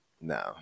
No